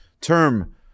term